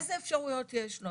איזה אפשרויות יש לו.